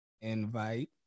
invite